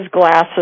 glasses